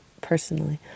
personally